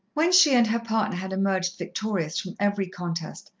when she and her partner had emerged victorious from every contest,